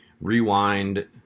Rewind